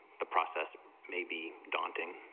the process may be daunting